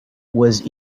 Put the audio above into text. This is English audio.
was